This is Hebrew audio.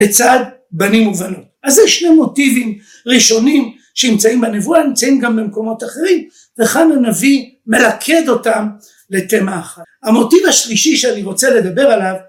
בצד בנים ובנות. אז זה שני מוטיבים ראשונים שנמצאים בנבואה, נמצאים גם במקומות אחרים, וכאן הנביא מלכד אותם לתימה אחת. המוטיב השלישי שאני רוצה לדבר עליו